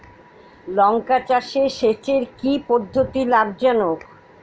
লঙ্কা চাষে সেচের কি পদ্ধতি লাভ জনক?